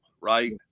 Right